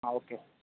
okay